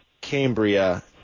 Cambria